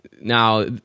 now